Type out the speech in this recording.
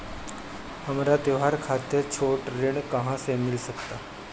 हमरा त्योहार खातिर छोट ऋण कहाँ से मिल सकता?